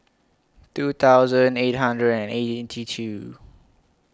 two thousand eight hundred and two